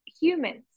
humans